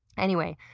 anyway,